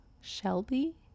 Shelby